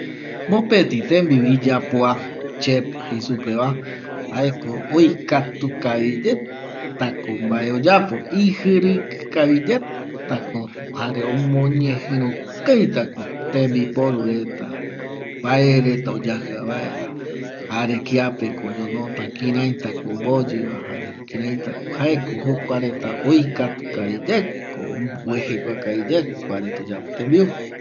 Mopeti tembiu iyapoa chep jei supeva jaeko oikatu kavi yaetako mbae oyapo ijƚrƚkƚ jare omoñejƚro kavitako tembiporu mbae reta oyajƚa vaera jare kiapekomoñonota kiraitako omboyƚva jare kirai jaeko jokua reta oikatukavi yaeko omboejegua kavi yae kua reta oyapo tembiu